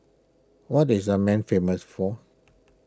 what is Amman famous for